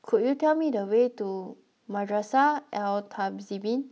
could you tell me the way to Madrasah Al Tahzibiah